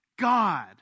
God